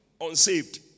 unsaved